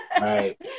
right